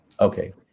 Okay